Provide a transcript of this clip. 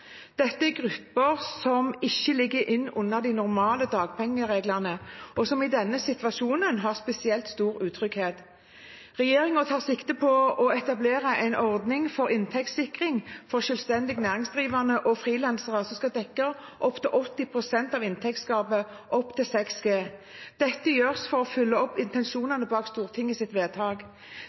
Dette er grupper som ikke ligger inne under de normale dagpengereglene, og som i denne situasjonen har spesielt stor utrygghet. Regjeringen tar sikte på å etablere en ordning for inntektssikring for selvstendig næringsdrivende og frilansere som skal dekke inntil 80 pst. av inntektstapet, opp til 6G. Dette gjøres for å oppfylle intensjonene bak Stortingets vedtak.